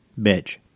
bitch